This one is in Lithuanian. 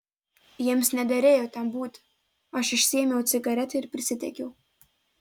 jiems nederėjo ten būti aš išsiėmiau cigaretę ir prisidegiau